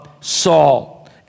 Saul